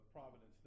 Providence